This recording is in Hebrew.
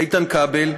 איתן כבל,